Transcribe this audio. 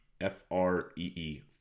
F-R-E-E